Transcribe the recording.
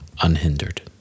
unhindered